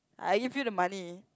I give you the money